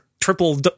triple